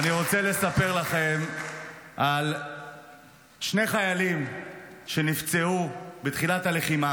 אני רוצה לספר לכם על שני חיילים שנפצעו בתחילת הלחימה,